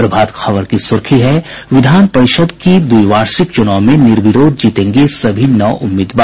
प्रभात खबर की सुर्खी है विधान परिषद के द्विवार्षिक चुनाव में निर्विरोध जीतेंगे सभी नौ उम्मीदवार